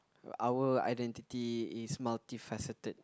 our identity is multifaceted